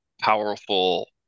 powerful